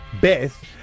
beth